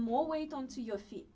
more weight onto your feet